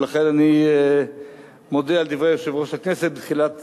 ולכן אני מודה על דברי יושב-ראש הכנסת בתחילת